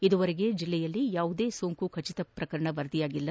ಇದುವರೆಗೆ ಜಲ್ಲೆಯಲ್ಲಿ ಯಾವುದೇ ಸೋಂಕಿನ ಖಟಿತ ಪ್ರಕರಣ ವರದಿಯಾಗಿಲ್ಲ